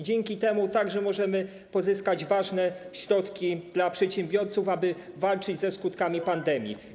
Dzięki temu możemy także pozyskać ważne środki dla przedsiębiorców, aby walczyć ze skutkami pandemii.